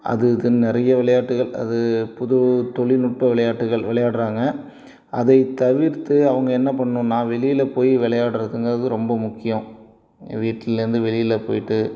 அது இதுன்னு நிறைய விளையாட்டுகள் அது புது தொழில்நுட்ப விளையாட்டுகள் விளையாடுறாங்க அதை தவிர்த்து அவங்க என்ன பண்ணணுன்னா வெளியில் போய் விளையாட்றதுங்கிறது ரொம்ப முக்கியம் வீட்லேருந்து வெளியில் போய்ட்டு